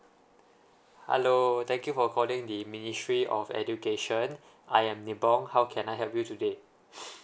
hello thank you for calling the ministry of education I am nibong how can I help you today